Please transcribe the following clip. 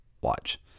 watch